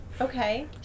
Okay